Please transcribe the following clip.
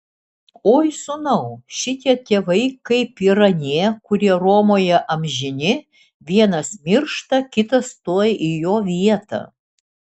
oi sūnau šitie tėvai kaip ir anie kurie romoje amžini vienas miršta kitas tuoj į jo vietą